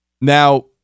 now